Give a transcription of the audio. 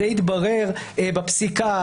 זה יתברר בפסיקה,